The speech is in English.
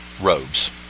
robes